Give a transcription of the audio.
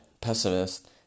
pessimist